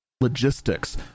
logistics